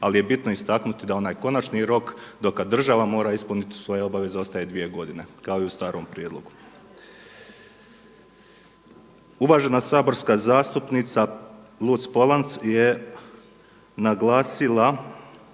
ali je bitno istaknuti da onaj konačni rok do kada država mora ispuniti svoje obaveze ostaje dvije godine kao i u starom prijedlogu. Uvažena saborska zastupnica Luc-POlanc je naglasila